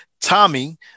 Tommy